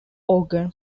organ